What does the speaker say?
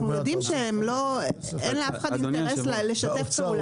יודעים שאין לאף אחד אינטרס לשתף פעולה